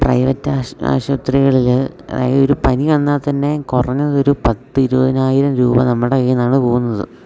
private ആശുപത്രികളിൽ അതായതൊരു പനി വന്നാൽ തന്നെ കുറഞ്ഞതൊരു പത്ത് ഇരുപതിനായിരം രൂപ നമ്മുടെ കയ്യിൽനിന്നാണ് പോകുന്നത്